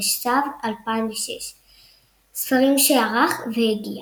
תשס"ו 2006. ספרים שערך והגיה